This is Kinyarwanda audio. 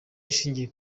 ishingiye